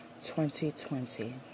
2020